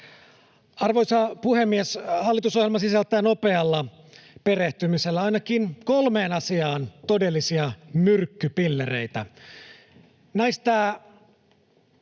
Arvoisa puhemies! Hallitusohjelma sisältää nopealla perehtymisellä ainakin kolmeen asiaan todellisia myrkkypillereitä.